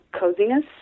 coziness